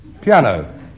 Piano